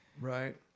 Right